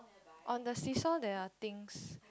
on the see saw there are things